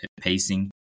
pacing